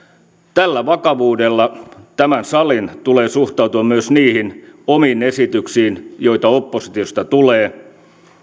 tällä vakavuudella tämän salin tulee suhtautua myös niihin omiin esityksiin joita oppositiosta tulee